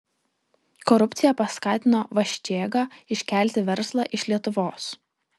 korupcija paskatino vaščėgą iškelti verslą iš lietuvos